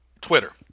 Twitter